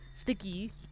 sticky